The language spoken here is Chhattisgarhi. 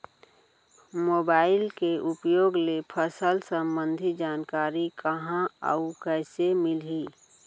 मोबाइल के उपयोग ले फसल सम्बन्धी जानकारी कहाँ अऊ कइसे मिलही?